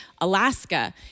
Alaska